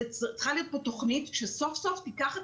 צריכה להיות פה תוכנית שסוף-סוף תיקח את